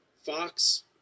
Fox